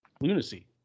lunacy